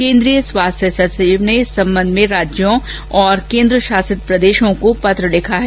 केन्द्रीय स्वास्थ्य सचिव ने इस संबंध में राज्यों और केन्द्र शासित प्रदेशों को पत्र लिखा है